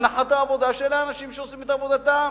הנחת העבודה היא שאלה אנשים שעושים את עבודתם.